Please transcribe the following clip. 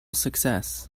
success